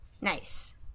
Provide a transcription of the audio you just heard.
Nice